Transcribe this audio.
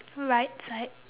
right side